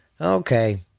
okay